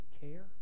care